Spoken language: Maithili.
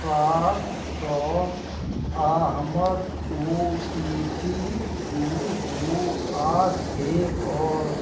सात छओ आ हमर ओ टी पी दू दू आठ एक अछि